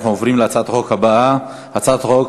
אנחנו עוברים להצעת החוק הבאה: הצעת חוק